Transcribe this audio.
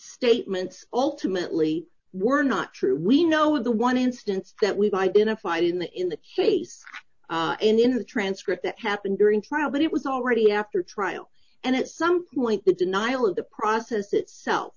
statements ultimately were not true we know in the one instance that we've identified in the in the case in the in the transcript that happened during trial but it was already after trial and at some point the denial of the process itself